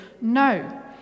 No